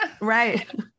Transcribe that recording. Right